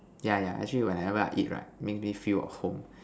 yeah yeah actually whenever I eat right make me feel of home